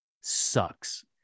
sucks